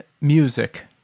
music